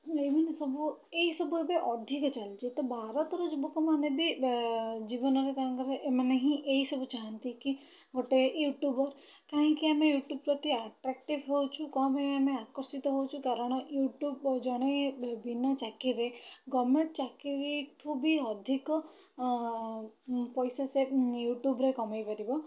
ଏମିତି ସବୁ ଏହିସବୁ ଏବେ ଅଧିକ ଚାଲିଛି ତ ଭାରତର ଯୁବକମାନେ ବି ଜୀବନରେ ତାଙ୍କର ଏମାନେ ହିଁ ଏହିସବୁ ଚାହାନ୍ତି କି ଗୋଟେ ୟୁଟ୍ୟୁବର୍ କାହିଁକି ଆମେ ୟୁଟ୍ୟୁବ୍ ପ୍ରତି ଆଟ୍ରାକ୍ଟିଭ୍ ହେଉଛୁ କ'ଣ ପାଇଁ ଆମେ ଆକର୍ଷିତ ହେଉଛୁ କାରଣ ୟୁଟ୍ୟୁବ୍ ଜଣେ ବିନା ଚାକିରୀରେ ଗଭର୍ଣ୍ଣମେଣ୍ଟ୍ ଚାକିରୀଠୁ ବି ଅଧିକ ପଇସା ସେ ୟୁଟ୍ୟୁବ୍ରେ କମେଇପାରିବ